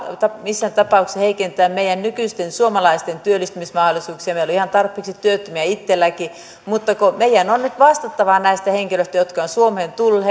missään tapauksessa heikentää nykyisten suomalaisten työllistymismahdollisuuksia meillä on ihan tarpeeksi työttömiä itselläkin mutta kun meidän on nyt vastattava näistä henkilöistä jotka ovat suomeen tulleet